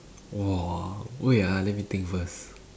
!wah! wait ah let me think first